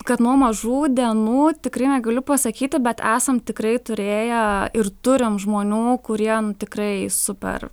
kad nuo mažų dienų tikrai negaliu pasakyti bet esam tikrai turėję ir turim žmonių kurie nu tikrai super